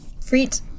fruit